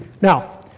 Now